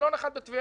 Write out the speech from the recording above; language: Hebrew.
מלון אחד בטבריה.